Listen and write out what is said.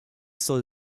soll